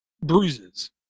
bruises